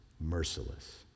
merciless